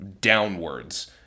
downwards